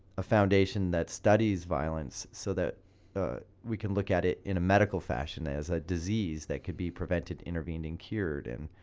a foundation that studies violence so that we can look at it in a medical fashion, as a disease that could be prevented, intervened, and cured. and